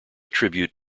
tribute